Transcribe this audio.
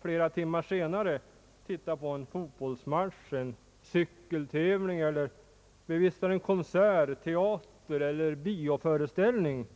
flera timmar senare tittar på en fotbollsmatch eller en cykeltävling eller bevistar en konsert, teater eller bioföreställning?